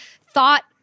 thought